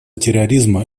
терроризма